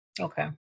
Okay